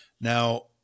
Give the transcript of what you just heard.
Now